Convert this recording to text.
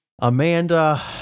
Amanda